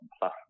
plus